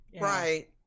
Right